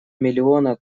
миллиона